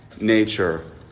nature